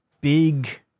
big